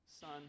son